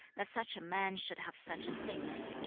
that such a man should have such a sickness!